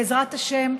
בעזרת השם,